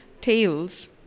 tales